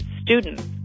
students